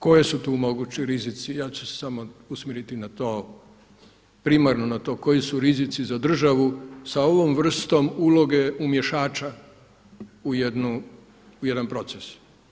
Koji su tu mogući rizici ja ću se samo usmjeriti na to, primarno na to koji su rizici za državu sa ovom vrstom uloge u mješača u jedan proces.